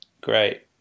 great